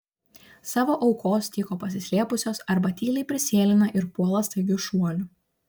savo aukos tyko pasislėpusios arba tyliai prisėlina ir puola staigiu šuoliu